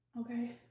Okay